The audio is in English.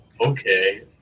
okay